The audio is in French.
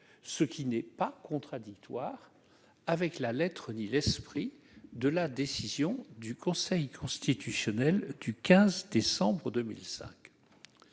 serait donc pas contradictoire avec la lettre ni avec l'esprit de la décision du Conseil constitutionnel du 15 décembre 2005.